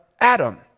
Adam